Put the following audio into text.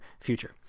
future